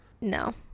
No